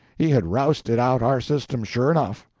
he had rousted out our system, sure enough.